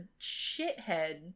shithead